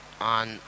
on